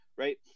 Right